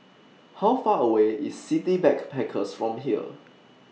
How Far away IS City Backpackers from here